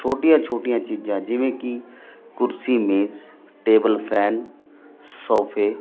ਛੋਟੀਆਂ ਛੋਟੀਆਂ ਚੀਜ਼ਾਂ ਜਿਵੇਂ ਕਿ ਕੁਰਸੀ ਮੇਜ ਟੇਬਲਫੈਨ ਸੋਫੇ